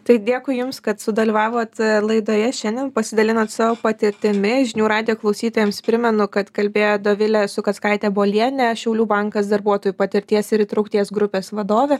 tai dėkui jums kad sudalyvavot laidoje šiandien pasidalinont savo patirtimi žinių radijo klausytojams primenu kad kalbėjo dovilė sukackaitė bolienė šiaulių bankas darbuotojų patirties ir įtraukties grupės vadovė